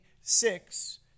six